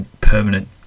permanent